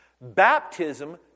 Baptism